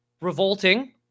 revolting